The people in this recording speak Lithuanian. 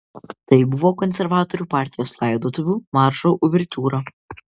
tai buvo konservatorių partijos laidotuvių maršo uvertiūra